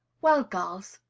well, girls,